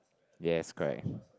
yes correct